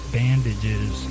bandages